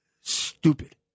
stupid